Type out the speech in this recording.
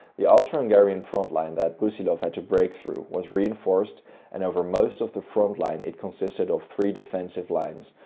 the austrian-hungarian frontline that brusilov had to break through was reinforced and over most of the frontline it consisted of three defensive lines,